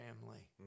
family